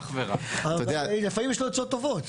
אבל לפעמים יש לו עצות טובות.